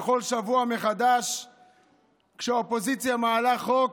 בכל שבוע מחדש כשהאופוזיציה מעלה חוק,